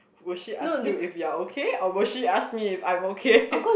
will she ask you if you're okay or will she ask me if I'm okay